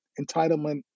entitlement